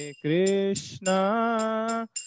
Krishna